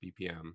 BPM